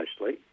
mostly